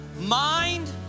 mind